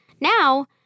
Now